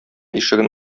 ишеген